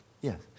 Yes